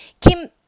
Kim